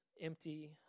empty